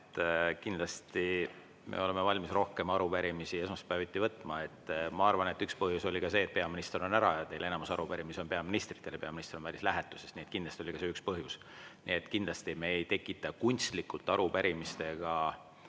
et kindlasti me oleme valmis rohkem arupärimisi esmaspäeviti võtma. Ma arvan, et üks põhjus oli ka see, et peaminister on ära ja enamik arupärimisi on peaministrile. Peaminister on välislähetuses. Kindlasti oli ka see üks põhjus. Aga me ei tekita kunstlikult arupärimistega